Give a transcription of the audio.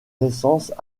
naissance